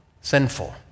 sinful